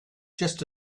just